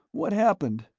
what happened?